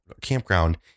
campground